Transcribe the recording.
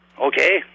Okay